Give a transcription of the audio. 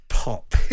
Pop